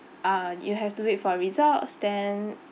uh you have to wait for results then